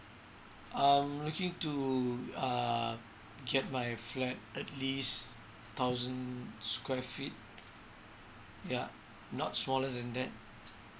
I'm looking to err get my flat at least thousand square feet yup not smaller than that